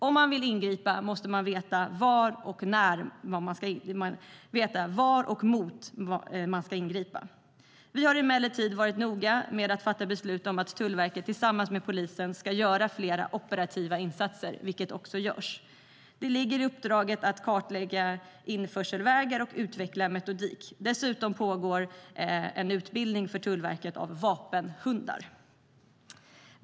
Om man vill ingripa måste man veta var och mot vad man ska ingripa. Vi har emellertid varit noga med att fatta beslut om att Tullverket tillsammans med polisen ska göra flera operativa insatser, vilket också görs. Det ligger i uppdraget att kartlägga införselvägar och utveckla metodik. Dessutom pågår en utbildning för Tullverket av vapenhundar.